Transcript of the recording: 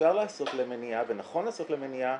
שאפשר לעשות להם מניעה ונכון לעשות להם מניעה.